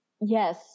Yes